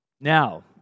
Now